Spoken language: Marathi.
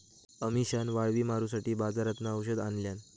अमिशान वाळवी मारूसाठी बाजारातना औषध आणल्यान